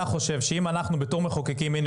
מאתה חושב שאם בתור מחוקקים הינה,